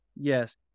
Yes